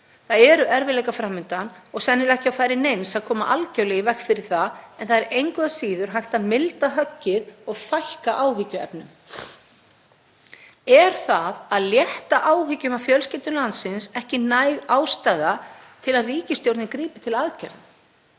Það eru erfiðleikar fram undan og sennilega ekki á færi neins að koma algjörlega í veg fyrir það. En það er engu að síður hægt að milda höggið og fækka áhyggjuefnum. Er það að létta áhyggjum af fjölskyldum landsins ekki næg ástæða til að ríkisstjórnin grípi til aðgerða?